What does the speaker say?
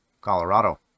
Colorado